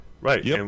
Right